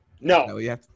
No